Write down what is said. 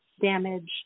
Damage